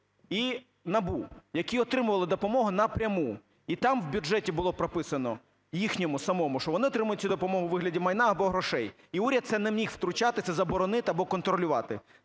і НАБУ, які отримували допомогу напряму. І там в бюджеті було прописано, їхньому самому, що вони отримують цю допомогу у вигляді майна або грошей. І уряд в це не міг втручатися, заборонити або контролювати.